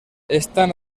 estan